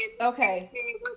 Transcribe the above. Okay